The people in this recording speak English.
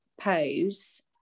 pose